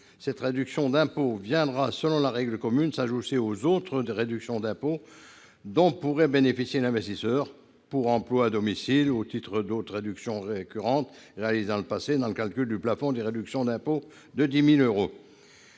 Cette réduction d'impôt viendra, selon la règle commune, s'ajouter aux autres réductions d'impôt dont l'investisseur pourrait bénéficier- pour emploi à domicile ou au titre d'autres réductions récurrentes pour des opérations réalisées dans le passé -dans le calcul du plafond des réductions d'impôt de 10 000 euros.